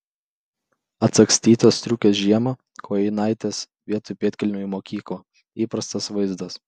atsagstytos striukės žiemą kojinaitės vietoj pėdkelnių į mokyklą įprastas vaizdas